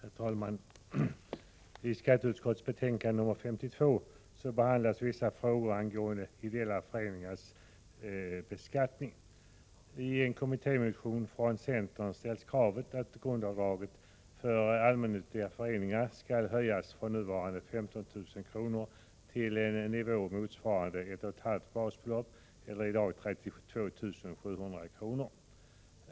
Herr talman! I skatteutskottets betänkande 52 behandlas vissa frågor angående ideella föreningars beskattning. I en kommittémotion från centern ställs kravet att grundavdraget för allmännyttiga föreningar skall höjas från nuvarande 15 000 kr. till en nivå motsvarande ett och ett halvt basbelopp eller i dag 32 700 kr.